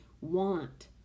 want